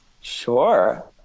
Sure